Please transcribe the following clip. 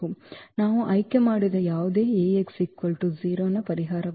ನಾವು ಆಯ್ಕೆ ಮಾಡಿದ ಯಾವುದೇ Ax 0 ನ ಪರಿಹಾರವಾಗಿದೆ